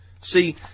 See